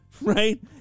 right